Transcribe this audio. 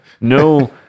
No